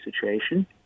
situation